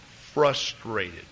Frustrated